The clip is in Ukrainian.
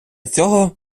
цього